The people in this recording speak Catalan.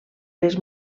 les